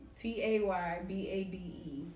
t-a-y-b-a-b-e